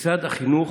משרד החינוך